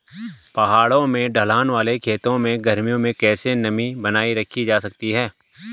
पहाड़ों में ढलान वाले खेतों में गर्मियों में कैसे नमी बनायी रखी जा सकती है?